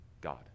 God